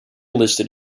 listed